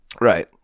right